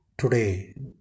Today